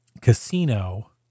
casino